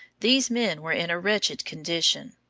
these men were in a wretched condition.